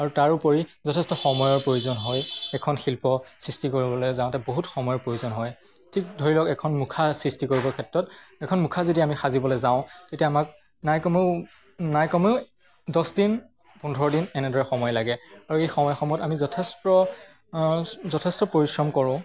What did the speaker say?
আৰু তাৰোপৰি যথেষ্ট সময়ৰ প্ৰয়োজন হয় এখন শিল্প সৃষ্টি কৰিবলৈ যাওঁতে বহুত সময়ৰ প্ৰয়োজন হয় ঠিক ধৰি লওক এখন মুখা সৃষ্টি কৰিবৰ ক্ষেত্ৰত এখন মুখা যদি আমি সাজিবলৈ যাওঁ তেতিয়া আমাক নাই কমেও নাই কমেও দহদিন পোন্ধৰ দিন এনেদৰে সময় লাগে আৰু এই সময় সময়ত আমি যথেষ্ট যথেষ্ট পৰিশ্ৰম কৰোঁ